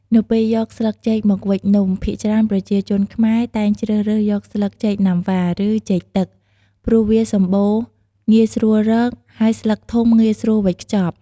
នៅពេលយកស្លឹកចេកមកវេចនំ ភាគច្រើនប្រជាជនខ្មែរតែងជ្រើសរើសយកស្លឹកចេកណាំវ៉ា ឬចេកទឹក ព្រោះវាសម្បូរងាយស្រួលរក ហើយស្លឹកធំងាយស្រួលវេចខ្ចប់។